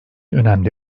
önemli